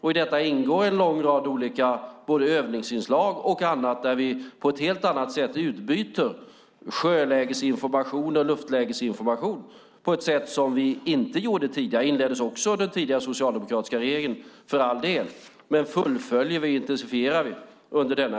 I det ingår en lång rad övningsinslag och annat där vi på ett helt annat sätt än tidigare utbyter sjölägesinformation och luftlägesinformation. Också det samarbetet inleddes för all del under den tidigare socialdemokratiska regeringen, men den nuvarande regeringen fullföljer och intensifierar arbetet.